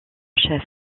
chef